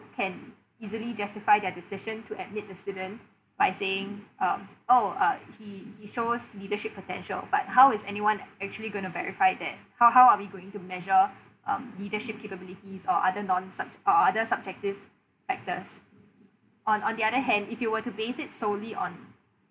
can easily justify their decision to admit the student by saying um oh uh he he shows leadership potential but how is anyone actually going to verify that how how are we going to measure um leadership capabilities or other non sub~ or other subjective factors on on the other hand if you were to base it solely on